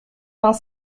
vingt